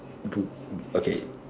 book okay